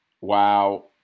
wow